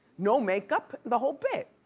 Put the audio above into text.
no makeup, the whole bit.